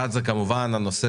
מבחינת ההיצע